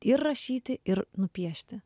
įrašyti ir nupiešti